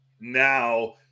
now